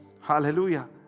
hallelujah